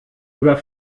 über